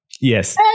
Yes